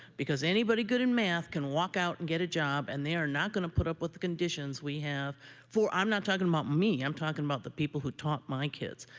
because anybody good in math can walk out and get a job, and they are not going to put up with the conditions we have for i'm not talking about me. i'm talking about the people who taught my kids.